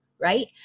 Right